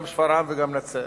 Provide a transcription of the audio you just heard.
גם בשפרעם וגם בנצרת.